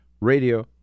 radio